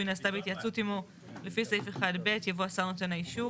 נעשתה בהתייעצות עמו לפי סעיף 1 (ב') יבוא השר נותן האישור.